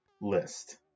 list